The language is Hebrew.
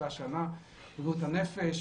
באותה שנה: בריאות הנפש,